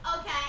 Okay